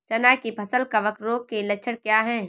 चना की फसल कवक रोग के लक्षण क्या है?